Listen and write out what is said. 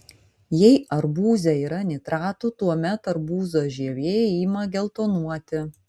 jei arbūze yra nitratų tuomet arbūzo žievė ima geltonuoti